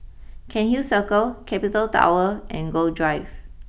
Cairnhill Circle capital Tower and Gul Drive